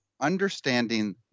understanding